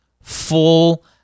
full